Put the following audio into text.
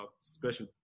special